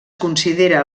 considera